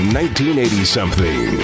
1980-something